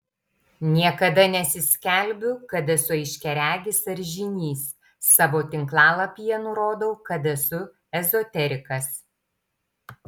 niekada nesiskelbiu kad esu aiškiaregis ar žynys savo tinklalapyje nurodau kad esu ezoterikas